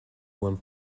one